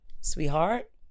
Sweetheart